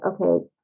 okay